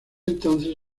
entonces